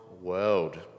world